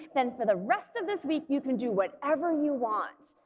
then for the rest of this week you can do whatever you want.